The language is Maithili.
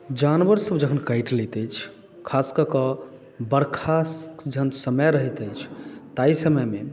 जानवर सभ जखन काटि लैत अछि खास कए कऽ वर्षाके जखन समय रहैत अछि ताहि समयमे